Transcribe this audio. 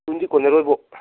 ꯀꯨꯟꯁꯤ ꯀꯣꯟꯅꯔꯣꯏꯕꯨ